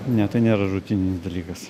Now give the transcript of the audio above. ne tai nėra rutininis dalykas